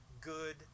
good